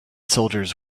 soldiers